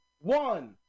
one